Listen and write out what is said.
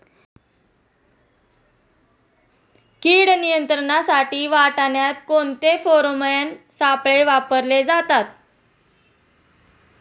कीड नियंत्रणासाठी वाटाण्यात कोणते फेरोमोन सापळे वापरले जातात?